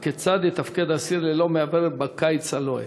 3. הכיצד יתפקד אסיר ללא מאוורר בקיץ הלוהט?